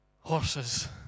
horses